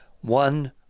one